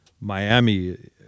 Miami